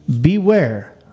beware